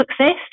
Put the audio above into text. Success